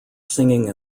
singing